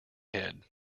head